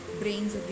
brains